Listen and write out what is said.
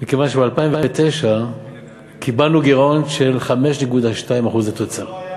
מכיוון שב-2009 קיבלנו גירעון של 5.2% לתוצר.